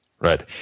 Right